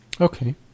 Okay